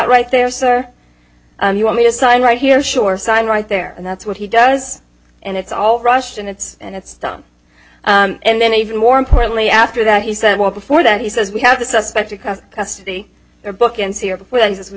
right there sir you want me to sign right here sure sign right there and that's what he does and it's all rushed and it's and it's done and then even more importantly after that he said well before that he says we have the suspect across custody or